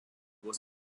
was